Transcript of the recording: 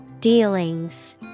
Dealings